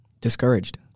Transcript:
discouraged